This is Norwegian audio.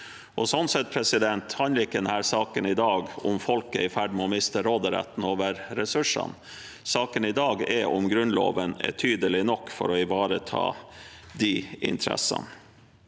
Sånn sett handler ikke saken i dag om folk er i ferd med å miste råderetten over ressursene. Saken i dag er om Grunnloven er tydelig nok for å ivareta disse interessene.